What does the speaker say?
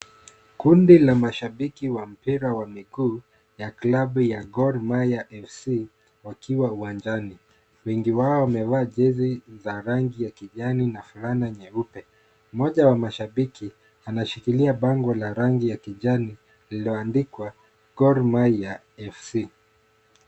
Kundi la mashabiki wa mpira wa miguu ya klabu ya Gor Mahia Fc wakiwa uwanjani. Wengi wao wamevaa jezi za rangi ya kijani na fulana nyeupe. Moja wa mashabiki anashikilia bango la rangi ya kijani liloandikwa Gor Mahia FC.